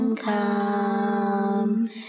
Come